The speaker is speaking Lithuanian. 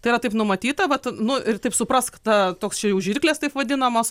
tai yra taip numatyta vat nu ir taip suprask tą toks čia jau žirklės taip vadinamos